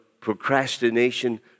procrastination